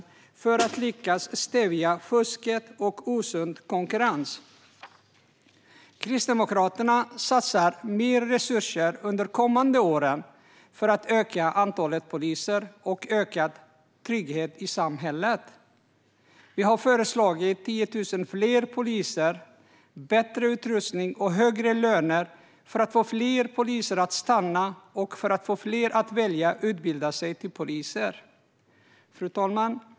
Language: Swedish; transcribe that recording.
Det behövs för att lyckas stävja fusket och den osunda konkurrensen. Kristdemokraterna satsar mer resurser under de kommande åren för att öka antalet poliser och öka tryggheten i samhället. Vi har föreslagit 10 000 fler poliser, bättre utrustning och högre löner för att få fler poliser att stanna och för att få fler att välja att utbilda sig till poliser. Fru talman!